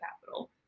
capital